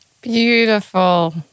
Beautiful